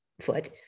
foot